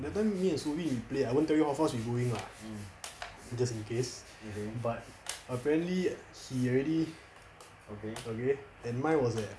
that time me and shu win we play I won't tell you how fast we going ah just in case but apparently he already okay and mine was at